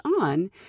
on